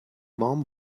warm